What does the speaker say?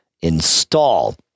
install